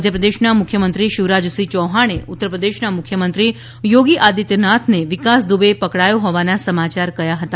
મધ્યપ્રદેશના મુખ્યમંત્રી શિવરાજસિંહ ચૌહાણે ઉત્તરપ્રદેશના મુખ્યમંત્રી યોગી આદિત્યનાથને વિકાસ દુબે પકડાયો હોવાના સમાચાર કહ્યા હતા